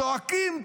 צועקים,